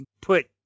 put